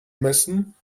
messen